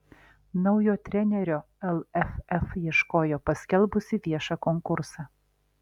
naujo trenerio lff ieškojo paskelbusi viešą konkursą